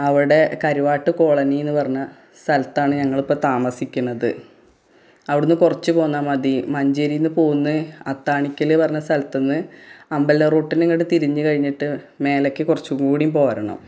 അവിടെ കരുവാട്ട് കോളനി എന്നു പറഞ്ഞ സ്ഥലത്താണ് ഞങ്ങളിപ്പോള് താമസിക്കുന്നത് അവിടന്ന് കുറച്ച് പോന്നാല് മതി മഞ്ചേരിയില്നിന്ന് പോന്ന് അത്താണിക്കല് പറഞ്ഞ സ്ഥലത്തുനിന്ന് അമ്പലറൂട്ടിന് ഇങ്ങോട്ട് തിരിഞ്ഞ് കഴിഞ്ഞിട്ട് മേലേക്ക് കുറച്ചുംകൂടി പോരണം